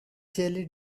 jelly